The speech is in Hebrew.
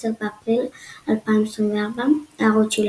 10 באפריל 2024 == הערות שוליים שוליים ==